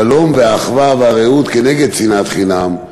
השלום והאחווה והרעות כנגד שנאת חינם,